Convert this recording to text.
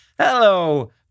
hello